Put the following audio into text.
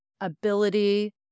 ability